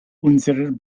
unserer